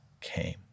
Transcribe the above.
came